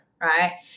right